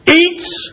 eats